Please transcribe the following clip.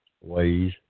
ways